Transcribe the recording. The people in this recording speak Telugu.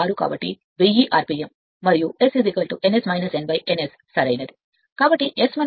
కాబట్టి S మనకు 0